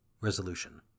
Resolution